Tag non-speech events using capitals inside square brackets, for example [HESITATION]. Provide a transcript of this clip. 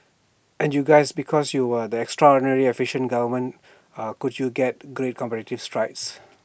and you guys because you were the extraordinarily efficiently government [HESITATION] could you get great competitive strides